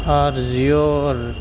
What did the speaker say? عارضی اور